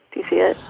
do you see it?